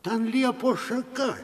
ten liepos šaka